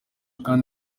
kandi